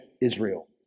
Israel